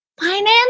finance